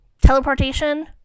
teleportation